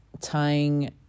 tying